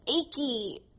achy